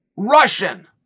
Russian